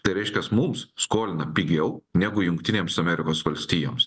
tai reiškias mums skolina pigiau negu jungtinėms amerikos valstijoms